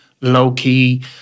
low-key